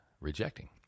rejecting